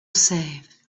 safe